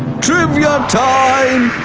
trivia time!